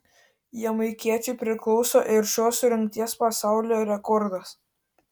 jamaikiečiui priklauso ir šios rungties pasaulio rekordas